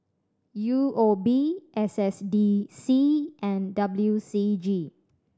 U O B S S D C and W C G